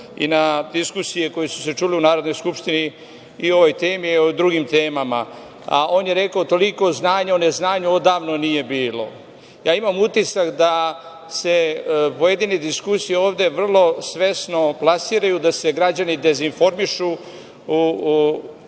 i na diskusije koje su se čule u Narodnoj skupštini i o ovoj temi i o drugim temama, a on je rekao – toliko znanja o neznanju odavno nije bilo. Ja imam utisak da se pojedine diskusije vrlo svesno plasiraju, da se građani dezinformišu,